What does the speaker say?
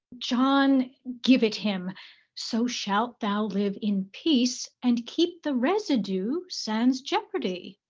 john, give it him so shalt thou live in peace, and keep the residue sans jeopardy.